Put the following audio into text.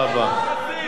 תודה רבה.